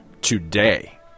today